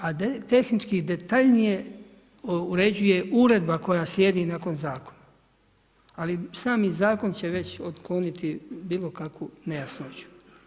A tehnički detaljnije uređuje uredba koji slijedi nakon zakona ali sami zakon će već otkloniti bilokakvu nejasnoću.